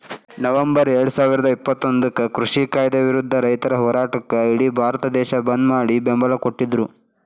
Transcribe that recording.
November ಎರಡುಸಾವಿರದ ಇಪ್ಪತ್ತೊಂದಕ್ಕ ಕೃಷಿ ಕಾಯ್ದೆ ವಿರುದ್ಧ ರೈತರ ಹೋರಾಟಕ್ಕ ಇಡಿ ಭಾರತ ದೇಶ ಬಂದ್ ಮಾಡಿ ಬೆಂಬಲ ಕೊಟ್ಟಿದ್ರು